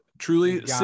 truly